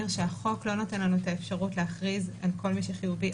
החוק לא נותן לנו את האפשרות להכריז על כל מי שחיובי.